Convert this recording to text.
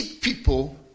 people